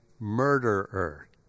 murderer